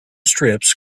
strips